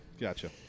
Gotcha